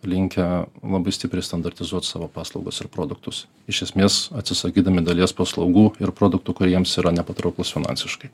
linkę labai stipriai standartizuot savo paslaugas ar produktus iš esmės atsisakydami dalies paslaugų ir produktų kuriems yra nepatrauklūs finansiškai